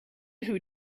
who